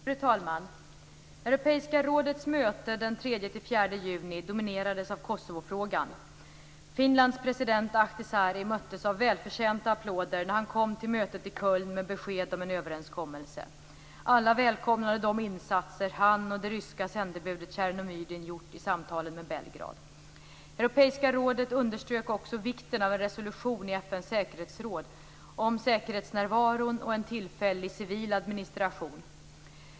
Fru talman! Europeiska rådets möte den 3-4 juni dominerades av Kosovofrågan. Finlands president Ahtisaari möttes av välförtjänta applåder när han kom till mötet i Köln med besked om en överenskommelse. Alla välkomnade de insatser han och det ryska sändebudet Tjernomyrdin gjort i samtalen med Belgrad. Europeiska rådet underströk också vikten av en resolution i FN:s säkerhetsråd om säkerhetsnärvaron och en tillfällig civil administration.